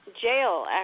jail